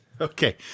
Okay